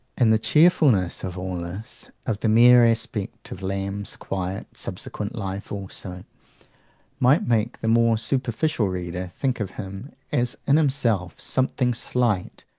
and the cheerfulness of all this, of the mere aspect of lamb's quiet subsequent life also, might make the more superficial reader think of him as in himself something slight,